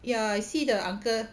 ya I see the uncle